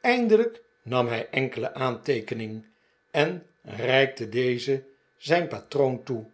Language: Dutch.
eindelijk nam hij enkele aanteekening en reikte deze zijn patroon toe